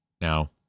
Now